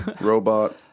robot